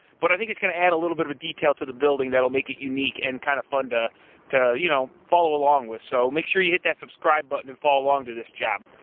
but i think he's gonna add a little bit of a detail to the building that'll make it unique and kind of fun to to you know follow along with so make sure you hit that subscribe button and follow along to this job